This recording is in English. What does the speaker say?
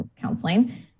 counseling